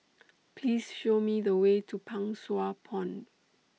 Please Show Me The Way to Pang Sua Pond